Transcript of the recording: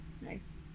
Nice